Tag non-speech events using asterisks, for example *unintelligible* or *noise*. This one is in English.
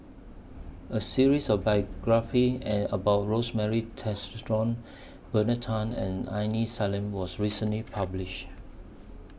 A series of biographies and about Rosemary *unintelligible* Bernard Tan and Aini Salim was recently published